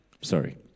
Sorry